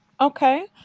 okay